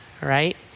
right